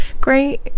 great